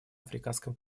африканском